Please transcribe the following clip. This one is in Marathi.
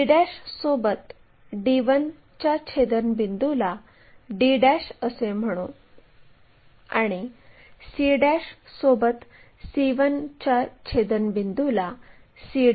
d सोबत d1 च्या छेदनबिंदूला d असे म्हणू आणि c सोबत c1 च्या छेदनबिंदूला c असे म्हणू